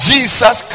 Jesus